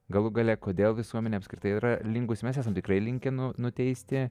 galų gale kodėl visuomenė apskritai yra linkusi mes esam tikrai linkę nu nuteisti